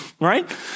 right